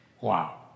Wow